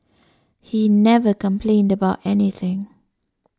he never complained about anything